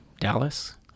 Dallas